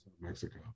Mexico